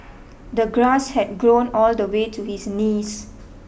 the grass had grown all the way to his knees